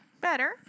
Better